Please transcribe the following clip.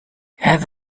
have